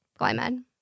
glymed